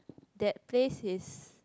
that place is